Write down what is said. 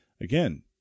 Again